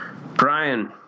Brian